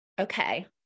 Okay